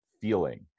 feeling